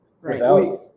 Right